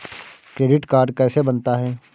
Credit card कैसे बनता है?